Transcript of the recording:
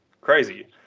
crazy